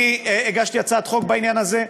אני הגשתי הצעת חוק בעניין הזה.